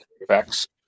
effects